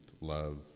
love